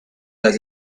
las